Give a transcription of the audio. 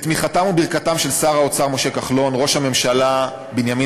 בתמיכתם ובברכתם של שר האוצר משה כחלון וראש הממשלה בנימין